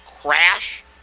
crash